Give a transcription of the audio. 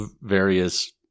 various